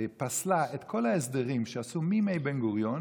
פסלה את כל ההסדרים שעשו מימי בן-גוריון